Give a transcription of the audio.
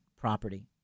property